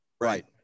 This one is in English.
Right